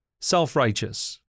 self-righteous